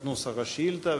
את נוסח השאילתה,